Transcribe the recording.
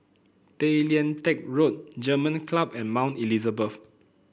Tay Lian Teck Road German Club and Mount Elizabeth